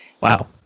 Wow